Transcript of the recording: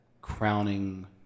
crowning